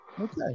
Okay